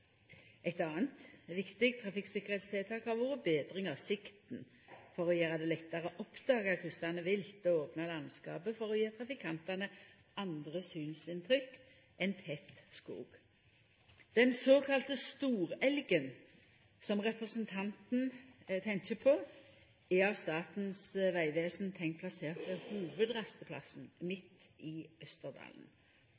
Eit anna viktig trafikktryggleikstiltak har vore betring av sikten for å gjera det lettare å oppdaga kryssande vilt og opna landskapet for å gje trafikantane andre synsinntrykk enn tett skog. Den såkalla storelgen, som representanten tenkjer på, er av Statens vegvesen tenkt plassert ved hovudrasteplassen